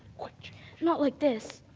not like this.